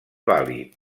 vàlid